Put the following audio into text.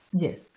Yes